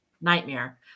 nightmare